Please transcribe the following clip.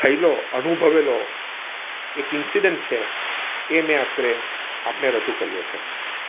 થયેલો અનુભવેલો એક ઈન્સિડન્ટ છે એ મેં અત્રે આપને રજૂ કર્યો છે